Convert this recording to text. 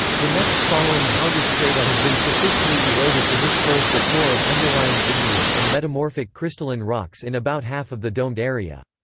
the next following harder strata have been sufficiently eroded to disclose the core of underlying igneous and metamorphic crystalline rocks in about half of the domed area.